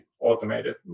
automated